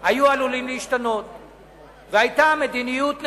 עולמי ומדינת ישראל